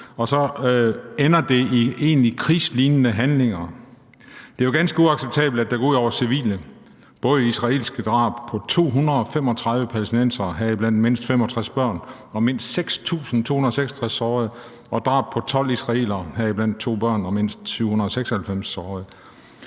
og så ender det i egentlige krigslignende handlinger. Det er jo ganske uacceptabelt, at det går ud over civile – både israelske drab på 235 palæstinensere, heriblandt mindst 65 børn, og mindst 6.256 sårede, og drab på 12 israelere, heriblandt 2 børn, og mindst 796 sårede.